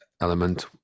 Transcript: element